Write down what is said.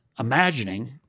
Imagining